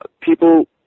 people